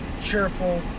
cheerful